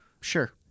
Sure